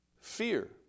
fear